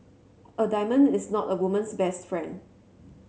a diamond is not a woman's best friend